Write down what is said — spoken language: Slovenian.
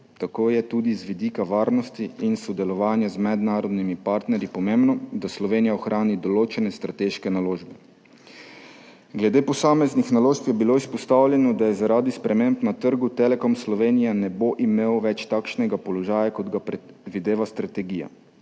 Tako je tudi z vidika varnosti in sodelovanja z mednarodnimi partnerji pomembno, da Slovenija ohrani določene strateške naložbe. Glede posameznih naložb je bilo izpostavljeno, da zaradi sprememb na trgu Telekom Slovenije ne bo imel več takšnega položaja, kot ga predvideva strategija,